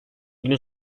günü